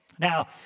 Now